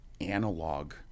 analog